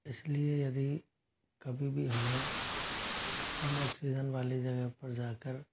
इसलिए यदि कभी भी हमें कम ऑक्सीजन वाले जगह पर जा कर